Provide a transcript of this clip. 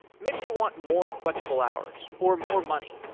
maybe you want more flexible hours, or more money,